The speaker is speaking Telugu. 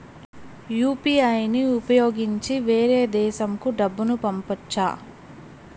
యు.పి.ఐ ని ఉపయోగించి వేరే దేశంకు డబ్బును పంపొచ్చా?